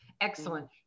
excellent